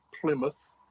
Plymouth